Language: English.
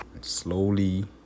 slowly